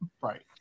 right